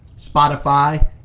Spotify